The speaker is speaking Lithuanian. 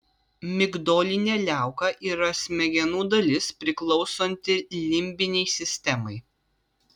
migdolinė liauka yra smegenų dalis priklausanti limbinei sistemai